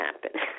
happen